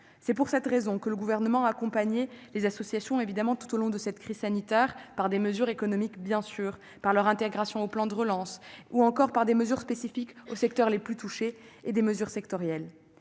locales. Pour cette raison, le Gouvernement a accompagné les associations tout au long de la crise sanitaire, par des mesures économiques, par leur intégration dans le plan de relance, par des mesures spécifiques aux secteurs les plus touchés et par des mesures sectorielles.